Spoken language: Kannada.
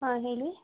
ಹಾಂ ಹೇಳಿ